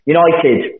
United